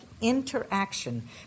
interaction